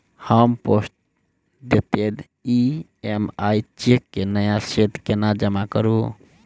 हम postdated EMI cheque केँ नया सेट केना जमा करू?